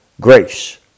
grace